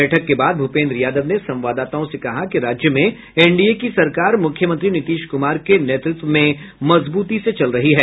बैठक के बाद भूपेन्द्र यादव ने संवाददाताओं से कहा कि राज्य में एनडीए की सरकार मुख्यमंत्री नीतीश कुमार के नेतृत्व में मजबूती से चल रही है